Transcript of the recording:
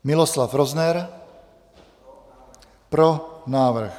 Miloslav Rozner: Pro návrh.